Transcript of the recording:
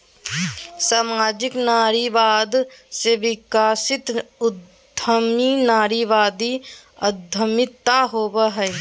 सामाजिक नारीवाद से विकसित उद्यमी नारीवादी उद्यमिता होवो हइ